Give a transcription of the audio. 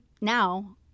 now